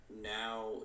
now